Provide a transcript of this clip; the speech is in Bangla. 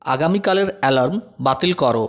আগামীকালের অ্যালার্ম বাতিল করো